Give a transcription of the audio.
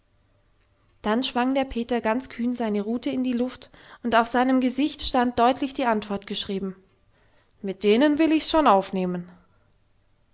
dann schwang der peter ganz kühn seine rute in der luft und auf seinem gesicht stand deutlich die antwort geschrieben mit denen will ich's schon aufnehmen